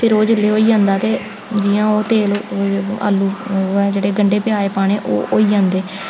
फिर ओह् जेल्लै होई जंदा ते जि'यां ओह् तेल आलू ओह् ऐ जेह्ड़े गंडे प्याज़ पाने ओह् होई जंदे